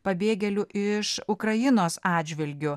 pabėgėlių iš ukrainos atžvilgiu